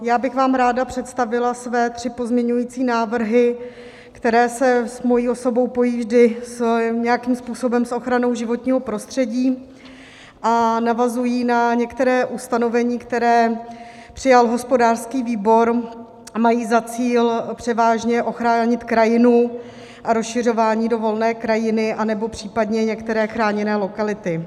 Já bych vám ráda představila své tři pozměňovací návrhy, které se s mojí osobou pojí vždy nějakým způsobem s ochranou životního prostředí a navazují na některá ustanovení, která přijal hospodářský výbor, a mají za cíl převážně ochránit krajinu a rozšiřování do volné krajiny anebo případně některé chráněné lokality.